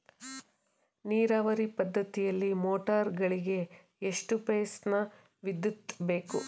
ನೀರಾವರಿ ಪದ್ಧತಿಯಲ್ಲಿ ಮೋಟಾರ್ ಗಳಿಗೆ ಎಷ್ಟು ಫೇಸ್ ನ ವಿದ್ಯುತ್ ಬೇಕು?